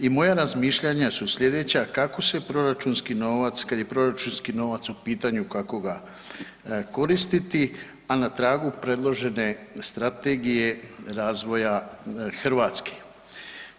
I moja razmišljanja su slijedeća kako se proračunski novac, kad je proračunski novac u pitanju kako ga koristiti, a na tragu predložene strategije razvoja Hrvatske.